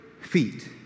feet